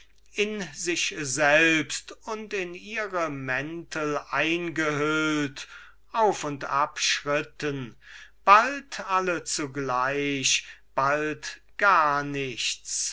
in sich selbst und in ihre mäntel eingehüllt auf und ab schritten bald alle zugleich bald gar nichts